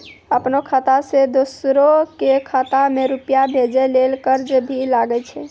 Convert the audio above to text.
आपनों खाता सें दोसरो के खाता मे रुपैया भेजै लेल चार्ज भी लागै छै?